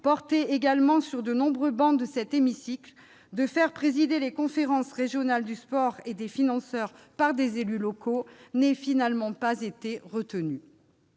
soutenue sur de nombreuses travées de cet hémicycle, de faire présider les conférences régionales du sport et des financeurs par des élus locaux n'ait finalement pas été retenue.